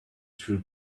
threw